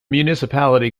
municipality